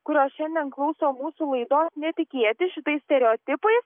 kurios šiandien klauso mūsų laidoj netikėti šitais stereotipais